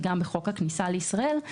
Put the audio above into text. וגם בחוק הכניסה לישראל.